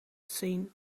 scene